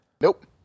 Nope